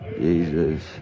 Jesus